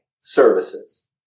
services